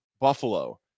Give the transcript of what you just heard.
Buffalo